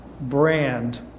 brand